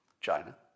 China